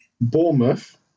Bournemouth